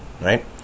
right